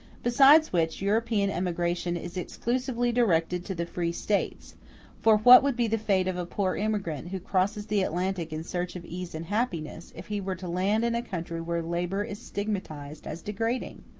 besides which, european emigration is exclusively directed to the free states for what would be the fate of a poor emigrant who crosses the atlantic in search of ease and happiness if he were to land in a country where labor is stigmatized as degrading?